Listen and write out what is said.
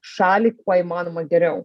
šalį kuo įmanoma geriau